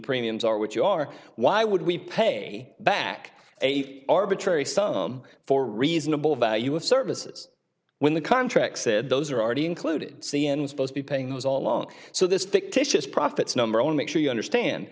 premiums are what you are why would we pay back eight arbitrary sum for reasonable value of services when the contract said those are already included c n n supposed be paying those all along so this fictitious profits number on make sure you understand